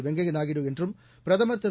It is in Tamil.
வெங்கைய நாயுடு என்று பிரதமர் திரு